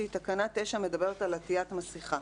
תקנה 9 מדברת על עטית מסיכה,